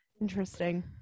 interesting